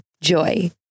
JOY